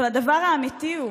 אבל הדבר האמיתי הוא